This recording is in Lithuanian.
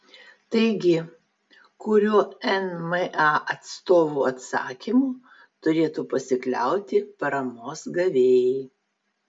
taigi kuriuo nma atstovų atsakymu turėtų pasikliauti paramos gavėjai